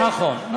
נכון.